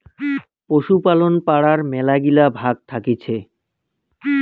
পশুপালন পড়ার মেলাগিলা ভাগ্ থাকতিছে